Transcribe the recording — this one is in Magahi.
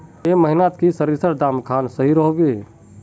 ए महीनात की सरिसर दाम खान सही रोहवे?